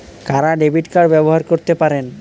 কারা debit card ব্যবহার করতে পারেন?